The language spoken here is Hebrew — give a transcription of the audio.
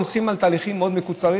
הולכים על תהליכים מאוד מקוצרים,